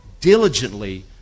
diligently